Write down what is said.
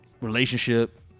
relationship